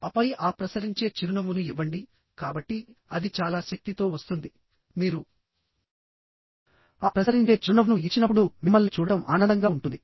ఆపై ఆ ప్రసరించే చిరునవ్వును ఇవ్వండి కాబట్టి అది చాలా శక్తితో వస్తుంది మీరు ఆ ప్రసరించే చిరునవ్వును ఇచ్చినప్పుడు మిమ్మల్ని చూడటం ఆనందంగా ఉంటుంది